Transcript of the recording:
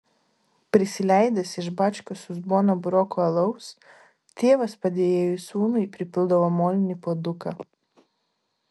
prisileidęs iš bačkos uzboną burokų alaus tėvas padėjėjui sūnui pripildavo molinį puoduką